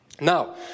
Now